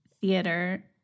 theater